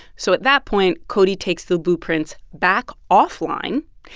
so at that point, cody takes the blueprints back offline,